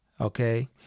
Okay